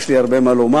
יש לי הרבה מה לומר,